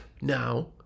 now